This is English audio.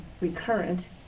recurrent